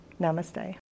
namaste